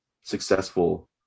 successful